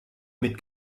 mit